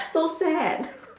so sad